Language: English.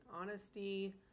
Honesty